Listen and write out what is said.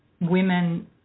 women